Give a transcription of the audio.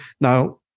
Now